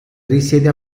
risiede